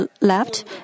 left